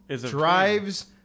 drives